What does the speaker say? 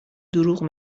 دروغ